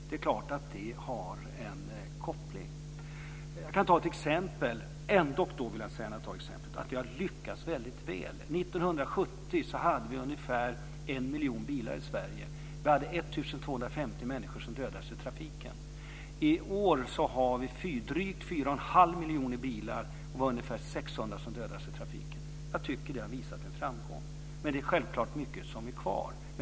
Det är klart att det finns en koppling. Jag vill ändå ta ett exempel på att vi har lyckats väldigt väl. 1970 hade vi ungefär en miljon bilar i Sverige. Vi hade 1 250 människor som dödades i trafiken. I år har vi drygt fyra och en halv miljoner bilar, och ungefär 600 som dödas i trafiken. Jag tycker att det visar en framgång. Men det är självfallet mycket som är kvar.